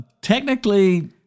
technically